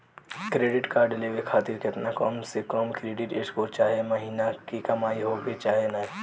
Credit card लेवे खातिर केतना कम से कम क्रेडिट स्कोर चाहे महीना के कमाई होए के चाही?